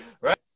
Right